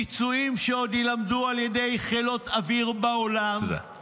ביצועים שעוד יילמדו על ידי חילות אוויר בעולם.